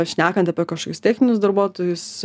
šnekant apie kažkokius techninius darbuotojus